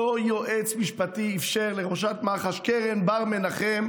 אותו יועץ משפטי אפשר לראש מח"ש, קרן בר-מנחם,